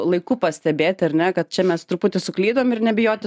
laiku pastebėt ar ne kad čia mes truputį suklydom ir nebijoti